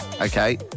Okay